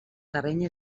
terreny